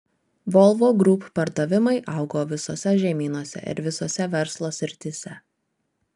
volvo group pardavimai augo visose žemynuose ir visose verslo srityse